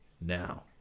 now